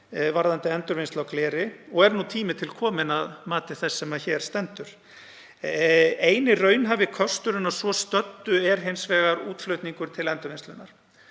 varðandi endurvinnslu á gleri og er nú tími til kominn að mati þess sem hér stendur. Eini raunhæfi kosturinn að svo stöddu er hins vegar útflutningur til endurvinnslu.